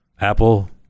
Apple